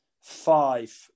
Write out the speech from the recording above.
Five